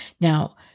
Now